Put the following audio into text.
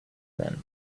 then